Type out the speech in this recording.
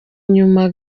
nyuma